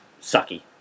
sucky